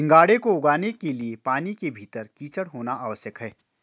सिंघाड़े को उगाने के लिए पानी के भीतर कीचड़ होना आवश्यक है